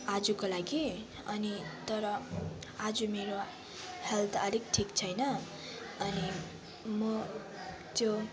आजको लागि अनि तर आज मेरो हेल्थ अलिक ठिक छैन अनि म त्यो